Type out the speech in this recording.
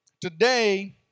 Today